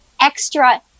extra